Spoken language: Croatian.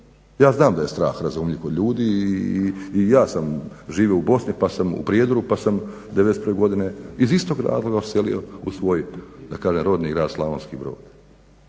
Ja znam da je strah razumljiv kod ljudi i ja sam živio u Bosni, u Prijedoru pa sam '91. godine iz istog razloga odselio u svoj da kažem rodni grad Slavonski Brod.